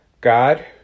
god